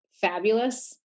fabulous